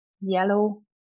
yellow